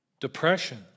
depression